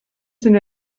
sind